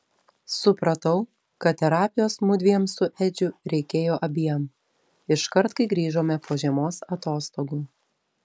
supratau kad terapijos mudviem su edžiu reikėjo abiem iškart kai grįžome po žiemos atostogų